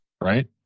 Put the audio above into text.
Right